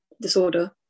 disorder